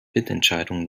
mitentscheidung